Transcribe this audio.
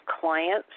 clients